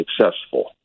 successful